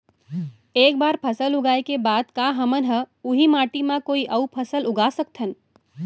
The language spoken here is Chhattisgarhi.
एक बार फसल उगाए के बाद का हमन ह, उही माटी मा कोई अऊ फसल उगा सकथन?